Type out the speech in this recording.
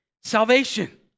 Salvation